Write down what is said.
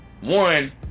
one